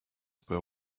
were